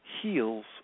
heals